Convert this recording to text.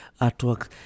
artwork